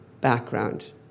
background